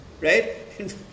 right